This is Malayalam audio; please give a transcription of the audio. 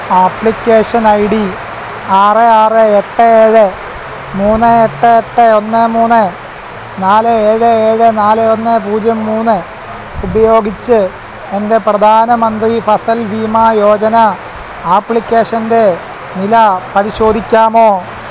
ആപ്ലിക്കേഷൻ ഐ ഡി ആറ് ആറ് എട്ട് ഏഴ് മൂന്ന് എട്ട് എട്ട് ഒന്ന് മൂന്ന് നാല് ഏഴ് ഏഴ് നാല് ഒന്ന് പൂജ്യം മൂന്ന് ഉപയോഗിച്ച് എൻ്റെ പ്രധാനമന്ത്രി ഫസൽ ഭീമാ യോജന ആപ്ലിക്കേഷൻ്റെ നില പരിശോധിക്കാമോ